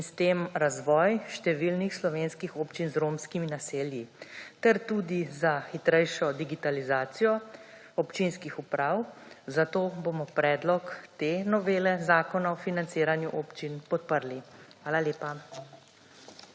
in s tem razvoj številnih slovenskih občin z romskimi naselji, ter tudi za hitrejšo digitalizacijo občinskih uprav, zato bomo predlog te novele Zakona o financiranju občin, podprli. Hvala lepa.